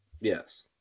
Yes